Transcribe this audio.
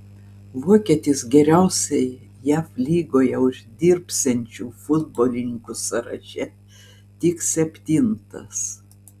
vokietis geriausiai jav lygoje uždirbsiančių futbolininkų sąraše tik septintas